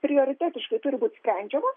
prioritetiškai turi būti sprendžiamos